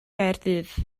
gaerdydd